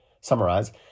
summarize